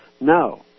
No